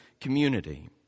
community